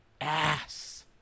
ass